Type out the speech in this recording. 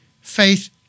Faith